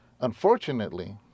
Unfortunately